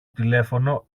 τηλέφωνο